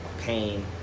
pain